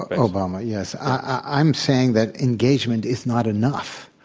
obama, yes, i'm saying that engagement is not enough